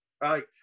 right